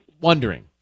wondering